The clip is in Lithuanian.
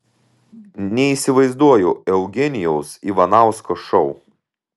neįsivaizduoju eugenijaus ivanausko šou